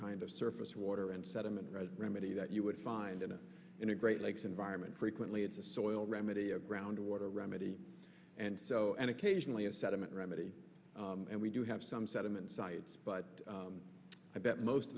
kind of surface water and sediment right remedy that you would find in a in a great lakes environment frequently it's a soil remedy a ground water remedy and so and occasionally a sediment remedy and we do have some sediment sites but i bet most